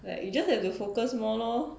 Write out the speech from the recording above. like you just have to focus more lor